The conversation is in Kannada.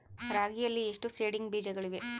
ರಾಗಿಯಲ್ಲಿ ಎಷ್ಟು ಸೇಡಿಂಗ್ ಬೇಜಗಳಿವೆ?